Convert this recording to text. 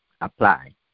apply